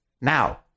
now